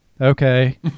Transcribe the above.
okay